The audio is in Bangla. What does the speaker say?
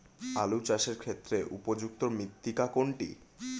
আলু চাষের ক্ষেত্রে উপযুক্ত মৃত্তিকা কোনটি?